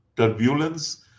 turbulence